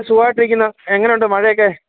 സുഖമായിട്ടിരിക്കുന്നു എങ്ങനെയുണ്ട് മഴയൊക്കെ